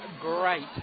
great